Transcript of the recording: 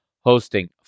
hosting